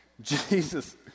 Jesus